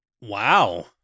Wow